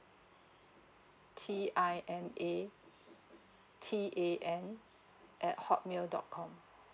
T I N A T A N at hotmail dot com